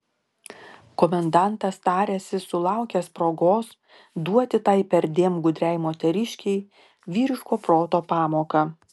komendantas tarėsi sulaukęs progos duoti tai perdėm gudriai moteriškei vyriško proto pamoką